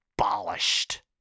abolished